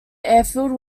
airfield